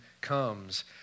comes